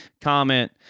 comment